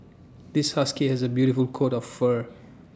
this husky has A beautiful coat of fur